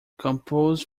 compose